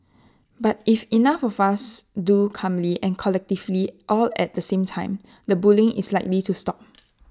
but if enough of us do calmly and collectively all at the same time the bullying is likely to stop